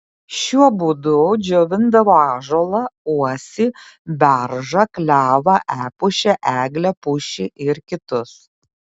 šiuo būdu džiovindavo ąžuolą uosį beržą klevą epušę eglę pušį ir kitus